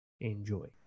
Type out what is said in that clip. Enjoy